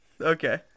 Okay